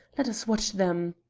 let us watch them!